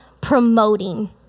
promoting